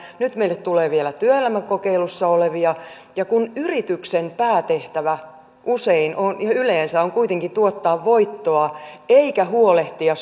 nyt meille tulee vielä työelämäkokeilussa olevia ja kun yrityksen päätehtävä usein on ja yleensä on kuitenkin tuottaa voittoa eikä huolehtia